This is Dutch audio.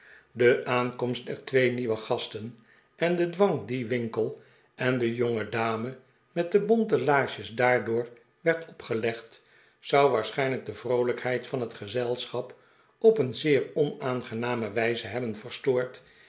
de aankomst der twee nieuwe gasten en de dwang die winkle en de jongedame met de bonten laarsjes daardoor werd opgelegd zou waarsehijnlijk de vroolijkheid van het gezelschap op een zeer onaangename wijze hebben